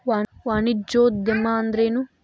ವಾಣಿಜ್ಯೊದ್ಯಮಾ ಅಂದ್ರೇನು?